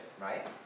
right